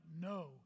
no